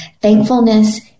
Thankfulness